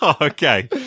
Okay